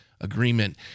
Agreement